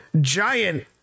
giant